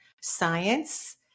science